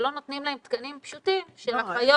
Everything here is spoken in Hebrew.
ולא נותנים להם תקנים פשוטים של אחיות,